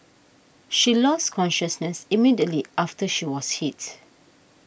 she lost consciousness immediately after she was hit